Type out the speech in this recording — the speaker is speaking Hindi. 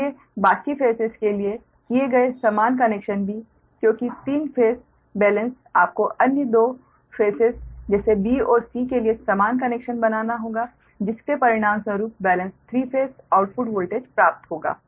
इसलिए बाकी फेसेस के लिए किए गए समान कनेक्शन भी क्योंकि तीन फेस बेलेन्स आपको अन्य 2 फेसेस जैसे b और c के लिए समान कनेक्शन बनाना होगा जिसके परिणाम स्वरूप बेलेन्स 3 फेस आउटपुट वोल्टेज प्राप्त होगा